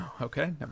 Okay